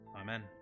Amen